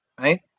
right